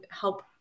help